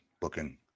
booking